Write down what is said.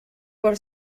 per